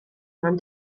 mewn